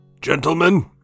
Gentlemen